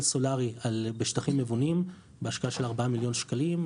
סולארי בשטחים מבונים בהשקעה של 4 מיליון שקלים.